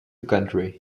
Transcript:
country